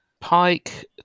Pike